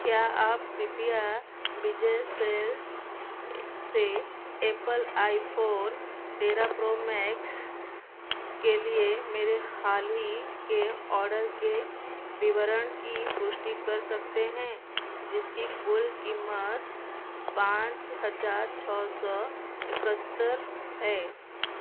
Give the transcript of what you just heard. क्या आप कृपया विजय सेल्स से एप्पल आईफोन तेरह प्रो मैक्स के लिए मेरे हाल ही के ऑर्डर के विवरण की पुष्टि कर सकते हैं जिसकी कुल क़ीमत पाँच हज़ार छः सौ एकहत्तर है